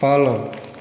पालन